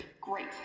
great